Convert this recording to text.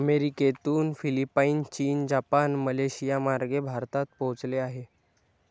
अमेरिकेतून फिलिपाईन, चीन, जपान, मलेशियामार्गे भारतात पोहोचले आहे